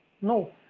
no